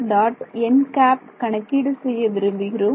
n கணக்கீடு செய்ய விரும்புகிறோம்